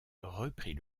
reprit